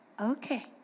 Okay